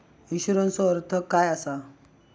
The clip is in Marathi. इन्शुरन्सचो अर्थ काय असा?